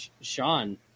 Sean